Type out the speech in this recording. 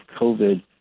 COVID